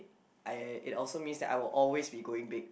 I it also means that I will always be going big